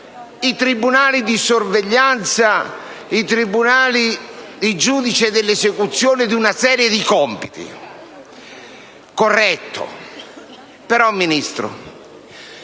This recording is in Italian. i tribunali di sorveglianza e i giudici dell'esecuzione di una serie di compiti: corretto. Però, signora